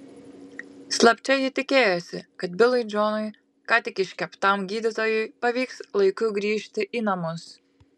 slapčia ji tikėjosi kad bilui džonui ką tik iškeptam gydytojui pavyks laiku grįžti į namus